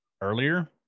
earlier